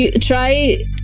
Try